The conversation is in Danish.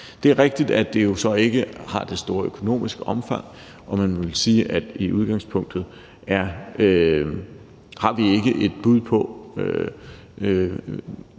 Det er rigtigt, at det jo så ikke har det store økonomiske omfang, og man vil vel sige, at i udgangspunktet har vi ikke et bud på,